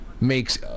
makes